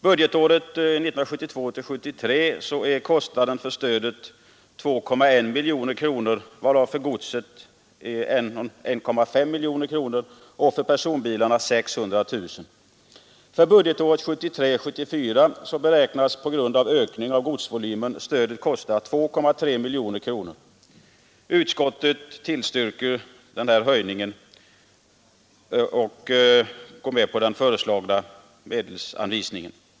Budgetåret 1972 74 beräknas på grund av utökningen av godsvolymen stödet kosta 2,3 miljoner kronor. Utskottet tillstyrker höjningen och den föreslagna medelsanvisningen.